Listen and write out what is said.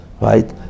right